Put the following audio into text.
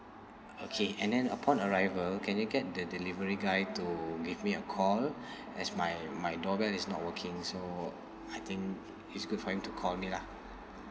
okay and then upon arrival can you get the delivery guy to give me a call as my my doorbell is not working so I think it's good for him to call me lah